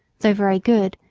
though very good,